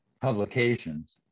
publications